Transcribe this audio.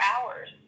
hours